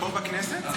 פה בכנסת?